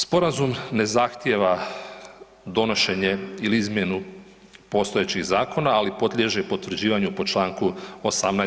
Sporazum ne zahtjeva donošenje ili izmjenu postojećih zakona, ali podliježe potvrđivanju po Članku 18.